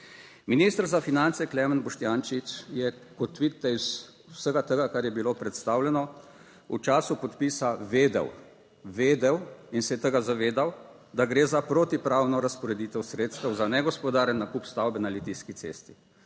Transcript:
Minister za finance Klemen Boštjančič je kot vidite iz vsega tega, kar je bilo predstavljeno v času podpisa, vedel in se je tega zavedal, da gre za protipravno razporeditev sredstev za negospodaren nakup stavbe na Litijski cesti.